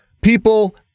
people